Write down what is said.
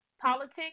politics